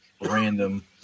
random